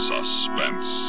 Suspense